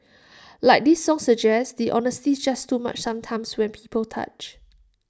like this song suggests the honesty's just too much sometimes when people touch